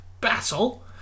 battle